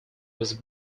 was